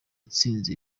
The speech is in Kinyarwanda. yatsinze